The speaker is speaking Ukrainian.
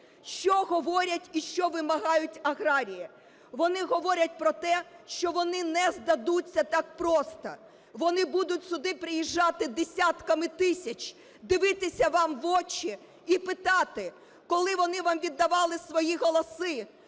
Що говорять і що вимагають аграрії? Вони говорять про те, що вони не здадуться так просто, вони будуть сюди приїжджати десятками тисяч, дивитися вам в очі і питати. Коли вони вам віддавали свої голоси,